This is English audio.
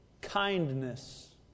kindness